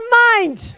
mind